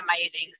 amazing